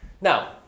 Now